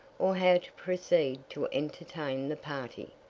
or how to proceed to entertain the party.